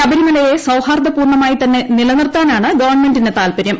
ശബരിമലയെ സൌഹാർദ്ദപൂർണ്ണമായി തന്നെ നിലനിർത്താനാണ് ഗവൺമെന്റിന് താൽപര്യം